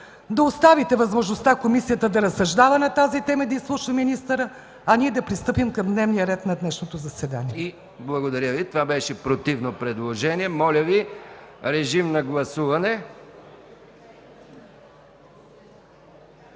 да оставите възможността комисията да разсъждава на тази тема и да изслуша министъра, а ние да пристъпим към дневния ред на днешното заседание.